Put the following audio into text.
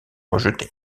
rejeté